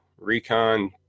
Recon